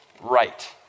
right